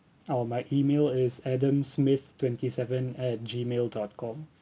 orh my email is adam smith twenty seven at Gmail dot com